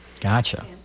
Gotcha